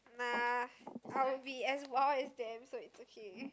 nah I'll be as wild as them so is okay